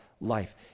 life